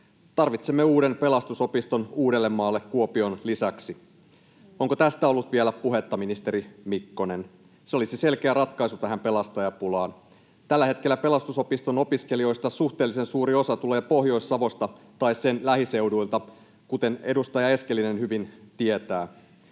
Tarvitsemme uuden Pelastusopiston Uudellemaalle Kuopion lisäksi. Onko tästä ollut vielä puhetta, ministeri Mikkonen? Se olisi selkeä ratkaisu tähän pelastajapulaan. Tällä hetkellä Pelastusopiston opiskelijoista suhteellisen suuri osa tulee Pohjois-Savosta tai sen lähiseuduilta, kuten edustaja Eskelinen hyvin tietää.